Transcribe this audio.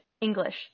English